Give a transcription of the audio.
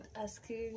asking